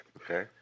Okay